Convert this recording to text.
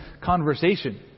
conversation